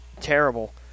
terrible